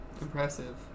impressive